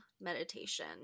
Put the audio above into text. meditation